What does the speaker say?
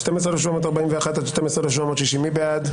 12,681 עד 12,700, מי בעד?